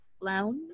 lounge